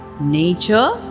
Nature